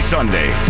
Sunday